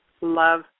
love